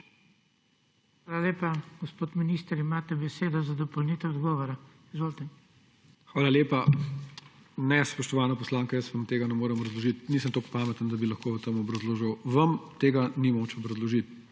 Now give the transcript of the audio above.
Hvala lepa. Gospod minister, imate besedo za dopolnitev odgovora. Izvolite. **ALEŠ HOJS:** Hvala lepa. Ne, spoštovana poslanka, jaz vam tega ne morem razložiti. Nisem tako pameten, da bi lahko to obrazložil. Vam tega ni moč obrazložiti.